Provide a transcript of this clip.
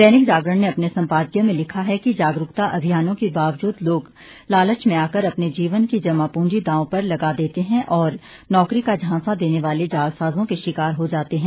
दैनिक जागरण ने अपने सम्पादकीय में लिखा है कि जागरुकता अभियानों के बावजूद लोग लालच में आकर अपने जीवन की जमा पूंजी दाव पर लगा देते हैं और नौकरी का झांसा देने वाले जालसाजों के शिकार हो जाते हैं